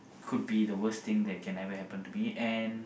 could be the worst thing that could ever happen to me and